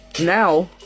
Now